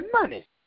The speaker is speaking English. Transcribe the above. money